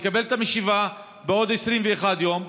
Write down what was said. יקבל את המשאבה בעוד 21 יום,